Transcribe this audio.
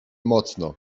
mocno